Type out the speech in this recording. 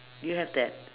do you have that